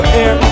air